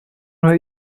nur